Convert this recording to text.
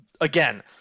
again